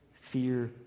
fear